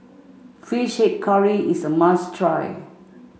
fish head curry is a must try